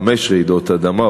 חמש רעידות אדמה,